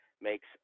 makes